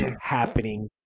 happening